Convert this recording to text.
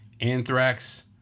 Anthrax